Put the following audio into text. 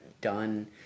done